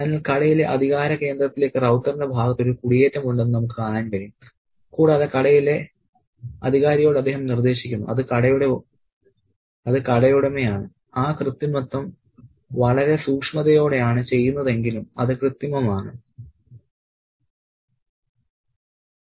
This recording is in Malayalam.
അതിനാൽ കടയിലെ അധികാര കേന്ദ്രത്തിലേക്ക് റൌത്തറിന്റെ ഭാഗത്ത് ഒരു കുടിയേറ്റമുണ്ടെന്ന് നമുക്ക് കാണാൻ കഴിയും കൂടാതെ കടയിലെ അധികാരിയോട് അദ്ദേഹം നിർദ്ദേശിക്കുന്നു അത് കടയുടമയാണ് ആ കൃത്രിമത്വം വളരെ സൂക്ഷ്മതയോടെയാണ് ചെയ്യുന്നതെങ്കിലും അത് കൃത്രിമം ആണ്